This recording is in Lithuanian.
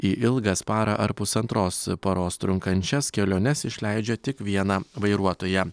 į ilgas parą ar pusantros paros trunkančias keliones išleidžia tik vieną vairuotoją